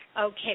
Okay